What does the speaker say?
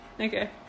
okay